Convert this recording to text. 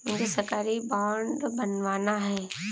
मुझे सरकारी बॉन्ड बनवाना है